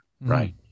Right